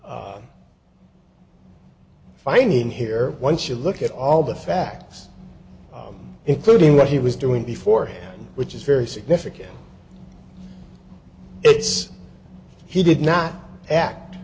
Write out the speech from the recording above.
finding here once you look at all the facts including what he was doing before hand which is very significant it's he did not act